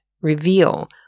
reveal